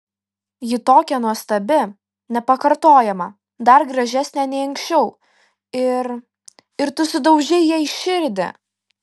ji tokia nuostabi nepakartojama dar gražesnė nei anksčiau ir ir tu sudaužei jai širdį